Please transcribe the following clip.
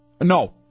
No